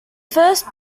first